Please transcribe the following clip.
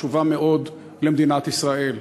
החשובה מאוד למדינת ישראל.